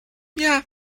yeah